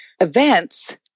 events